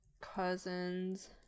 cousins